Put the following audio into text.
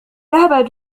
ذهب